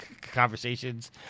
Conversations